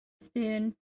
Spoon